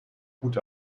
gut